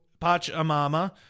Pachamama